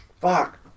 Fuck